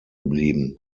geblieben